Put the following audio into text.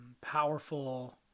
powerful